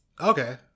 Okay